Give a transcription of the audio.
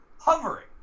hovering